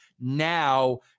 now